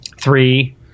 Three